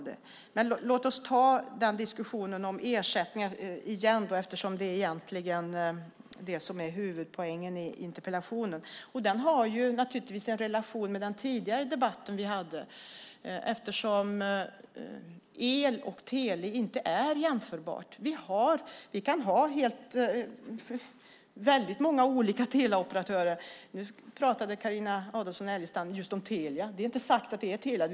Men låt oss ta diskussionen om ersättningar igen eftersom det egentligen är det som är huvudpoängen i interpellationen. Det här har naturligtvis en relation till den tidigare debatten vi hade, eftersom el och tele inte är jämförbara. Vi kan ha väldigt många olika teleoperatörer. Nu pratade Carina Adolfsson Elgestam just om Telia. Det är inte sagt att det är Telia.